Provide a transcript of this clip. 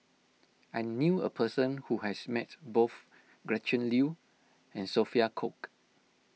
I knew a person who has met both Gretchen Liu and Sophia Cooke